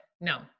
No